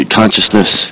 consciousness